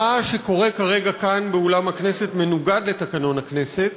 מה שקורה כרגע כאן באולם הכנסת מנוגד לתקנון הכנסת